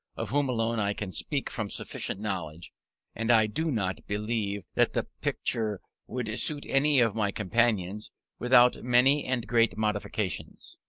of whom alone i can speak from sufficient knowledge and i do not believe that the picture would suit any of my companions without many and great modifications.